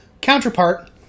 counterpart